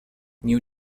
new